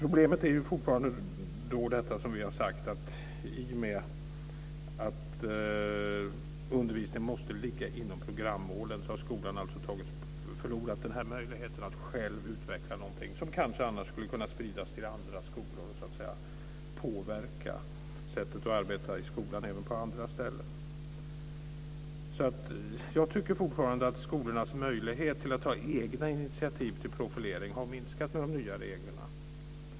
Problemet är fortfarande att i och med att undervisningen måste ligga inom programmålen har skolan förlorat möjligheten att själv utveckla något som annars skulle kunna sprida sig till andra skolor och påverka sättet att arbeta i skolan på andra ställen. Jag tycker fortfarande att skolornas möjligheter att ta egna initiativ till profilering har minskat med de nya reglerna.